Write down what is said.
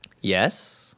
yes